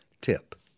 tip